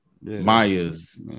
Mayas